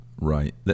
Right